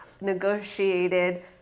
negotiated